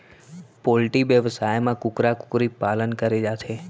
poultry बेवसाय म कुकरा कुकरी पालन करे जाथे